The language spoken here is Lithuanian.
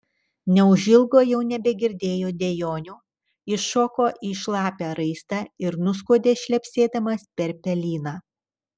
neužilgo jau nebegirdėjo dejonių iššoko į šlapią raistą ir nuskuodė šlepsėdamas per pelyną